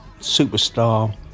superstar